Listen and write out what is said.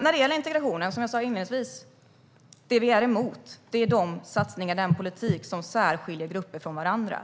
När det gäller integration är vi emot - detta sa jag inledningsvis - den politik som särskiljer grupper från varandra.